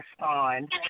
respond